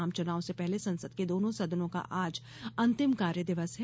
आम चुनाव से पहले संसद के दोनों सदनों का आज अंतिम कार्य दिवस है